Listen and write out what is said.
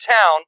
town